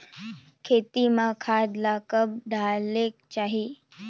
खेती म खाद ला कब डालेक चाही?